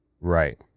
Right